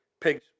Pigs